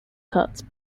cuts